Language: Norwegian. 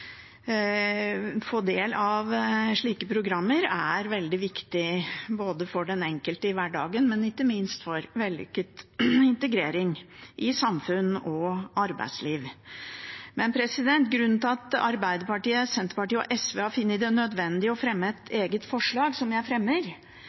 få del av slike programmer er veldig viktig, både for den enkelte i hverdagen og ikke minst for vellykket integrering i samfunn og arbeidsliv. Grunnen til at Arbeiderpartiet, Senterpartiet og SV har funnet det nødvendig å fremme et